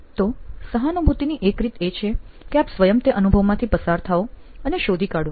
તો સહાનુભૂતિની એક રીત એ છે કે આપ સ્વયં તે અનુભવમાંથી પસાર થાઓ અને શોધી કાઢો